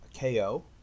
KO